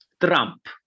Trump